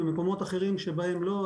במקומות אחרים שבהם לא,